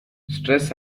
stress